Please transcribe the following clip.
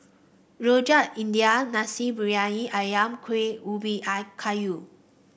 Rojak India Nasi Briyani ayam Kuih Ubi eye Kayu